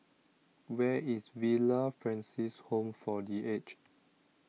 where is Villa Francis Home for the Aged